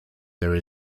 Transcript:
there